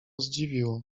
zdziwiło